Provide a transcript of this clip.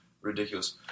ridiculous